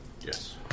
Yes